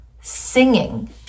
singing